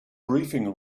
briefing